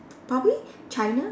probably China